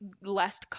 less